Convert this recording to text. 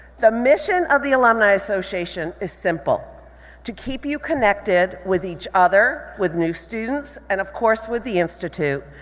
the mission of the alumni association is simple to keep you connected with each other, with new students, and of course with the institute,